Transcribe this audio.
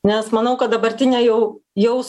nes manau kad dabartinė jau jaus